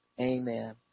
amen